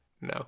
No